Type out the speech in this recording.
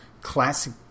classic